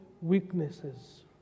weaknesses